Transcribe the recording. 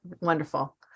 wonderful